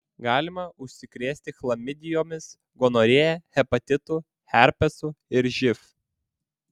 galima užsikrėsti chlamidijomis gonorėja hepatitu herpesu ir živ